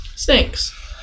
snakes